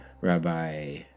Rabbi